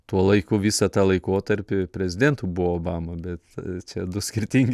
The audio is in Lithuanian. tuo laiku visą tą laikotarpį prezidėntu buvo obama bet čia du skirtingi